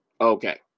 Okay